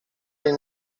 jej